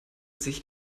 sich